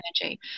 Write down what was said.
energy